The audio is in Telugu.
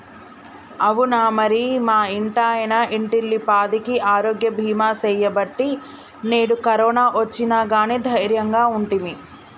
అవునా మరి మా ఇంటాయన ఇంటిల్లిపాదికి ఆరోగ్య బీమా సేయబట్టి నేడు కరోనా ఒచ్చిన గానీ దైర్యంగా ఉంటిమి